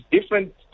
different